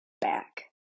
back